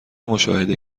مشاهده